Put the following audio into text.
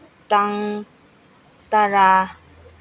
ꯇꯥꯡ ꯇꯔꯥ